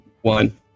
one